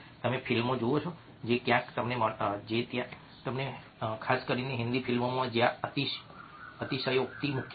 તમે ફિલ્મો જુઓ જે ક્યાં તમને મળે છે ખાસ કરીને હિન્દી ફિલ્મો જ્યાં અતિશયોક્તિ મુખ્ય છે